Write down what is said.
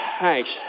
Thanks